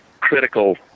critical